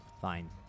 Fine